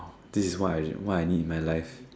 this is what what I need in my life